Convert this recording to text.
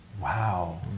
Wow